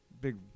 Big